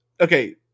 Okay